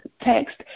text